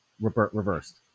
reversed